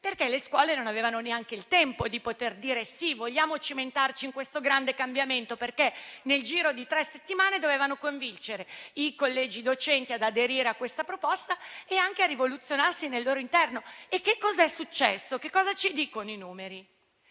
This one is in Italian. Italy*. Le scuole non hanno avuto neanche il tempo di poter dire che vogliono cimentarsi in questo grande cambiamento, perché nel giro di tre settimane dovevano convincere i collegi dei docenti ad aderire alla proposta e rivoluzionarsi al loro interno. Cosa è successo? Cosa ci dicono i numeri?